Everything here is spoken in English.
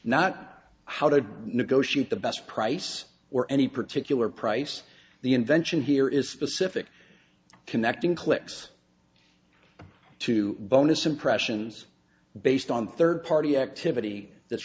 not how to negotiate the best price or any particular price the invention here is specific connecting clicks two bonus impressions based on third party activity